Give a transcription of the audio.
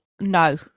no